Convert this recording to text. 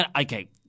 Okay